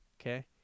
Okay